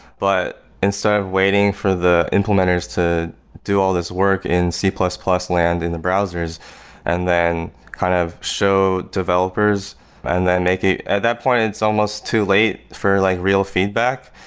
but instead of waiting for the implementers to do all this work in c plus plus land in the browsers and then kind of show developers and then make it, at that point it's almost too late for like real feedback.